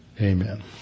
Amen